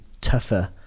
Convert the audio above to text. tougher